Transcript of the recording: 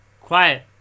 Quiet